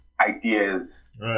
ideas